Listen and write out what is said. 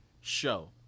show